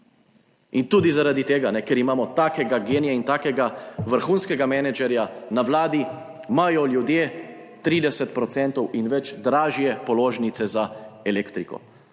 In tudi zaradi tega, ker imamo takega genija in takega vrhunskega menedžerja na vladi, imajo ljudje 30 % in več dražje položnice za elektriko,